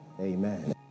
Amen